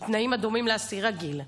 בתנאים הדומים לאסיר רגיל.